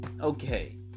okay